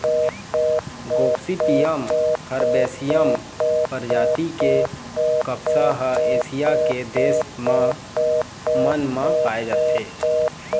Gossypium हरबैसियम परजाति के कपसा ह एशिया के देश मन म पाए जाथे